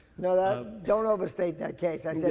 now that, don't overstate that case, i said